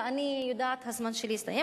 ואני יודעת שהזמן שלי הסתיים,